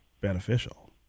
beneficial